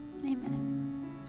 Amen